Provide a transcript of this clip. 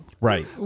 right